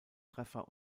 treffer